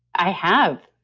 i have.